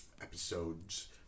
episodes